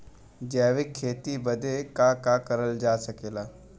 जैविक खेती बदे का का करल जा सकेला?